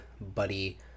buddy